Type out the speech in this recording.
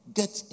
get